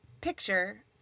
picture